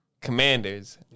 Commanders